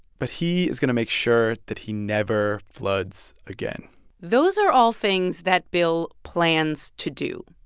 but he is going to make sure that he never floods again those are all things that bill plans to do,